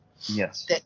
Yes